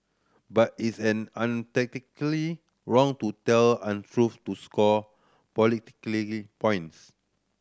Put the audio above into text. but it's an unethically wrong to tell untruth to score politically points